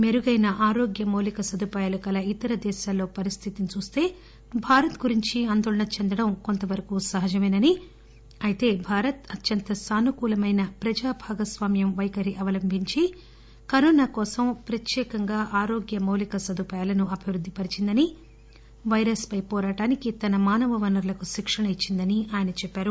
మెరుగైన ఆరోగ్య మౌలిక సదుపాయాలు కల ఇతర దేశాల్లో పరిస్దితిని చూస్తే భారత్ గురించి ఆందోళన చెందడం కొంత వరకు సహజమేనని అయితే భారత్ అత్యంత సానుకూలమైన ప్రజా భాగస్వామ్యం వైఖరి అవలంబించి కరోనా కోసం ప్రత్యేకంగా ఆరోగ్య మౌలిక సదుపాయాలను అభివృద్ది పరిచిందని పైరస్ పై పోరాటానికి తన మానవ వనరులకు శిక్షణ ఇచ్చిందని ఆయన చెప్పారు